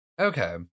Okay